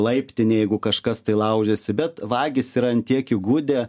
laiptinėj jeigu kažkas tai laužiasi bet vagys yra ant tiek įgudę